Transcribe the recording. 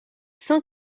cent